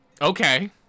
Okay